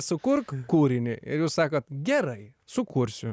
sukurk kūrinį ir jūs sakot gerai sukursiu